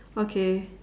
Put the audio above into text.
okay